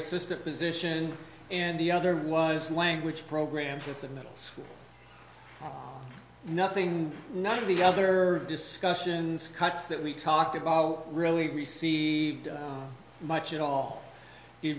assistant position and the other was language programs at the middle school nothing none of the other discussions cuts that we talked about really received much at all you